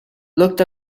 looked